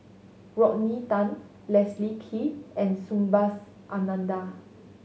Rodney Tan Leslie Kee and Subhas Anandan